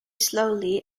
slowly